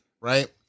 Right